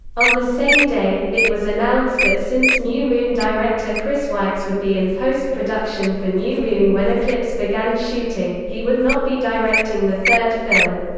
on the same day, it was announced that since new moon director chris weitz would be in post-production for new moon when eclipse began shooting, he would not be directing the third film.